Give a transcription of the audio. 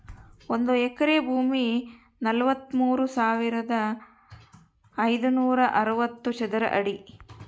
ಒಂದು ಎಕರೆ ಭೂಮಿ ನಲವತ್ಮೂರು ಸಾವಿರದ ಐನೂರ ಅರವತ್ತು ಚದರ ಅಡಿ